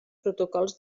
protocols